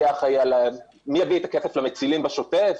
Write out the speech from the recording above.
מי יביא את הכסף למצילים בשוטף,